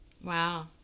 Wow